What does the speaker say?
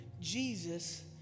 Jesus